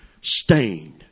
stained